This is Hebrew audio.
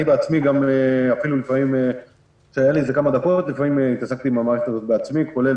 אני בעצמי אפילו לפעמים התעסקתי עם המערכת בעצמי,